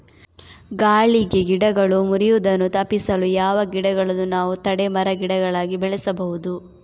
ಗಾಳಿಗೆ ಗಿಡಗಳು ಮುರಿಯುದನ್ನು ತಪಿಸಲು ಯಾವ ಗಿಡಗಳನ್ನು ನಾವು ತಡೆ ಮರ, ಗಿಡಗಳಾಗಿ ಬೆಳಸಬಹುದು?